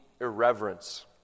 irreverence